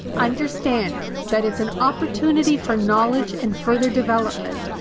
understand that it's an opportunity for knowledge and further development.